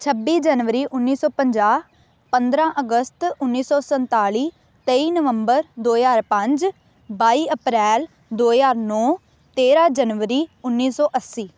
ਛੱਬੀ ਜਨਵਰੀ ਉੱਨੀ ਸੌ ਪੰਜਾਹ ਪੰਦਰਾਂ ਅਗਸਤ ਉੱਨੀ ਸੌ ਸੰਨਤਾਲੀ ਤੇਈ ਨਵੰਬਰ ਦੋ ਹਜ਼ਾਰ ਪੰਜ ਬਾਈ ਅਪ੍ਰੈਲ ਦੋ ਹਜ਼ਾਰ ਨੌ ਤੇਰਾਂ ਜਨਵਰੀ ਉੱਨੀ ਸੌ ਅੱਸੀ